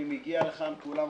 כולם כבר,